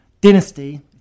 dynasty